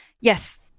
yes